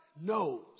knows